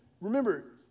remember